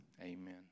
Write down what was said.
Amen